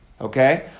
Okay